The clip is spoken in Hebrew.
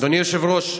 אדוני היושב-ראש,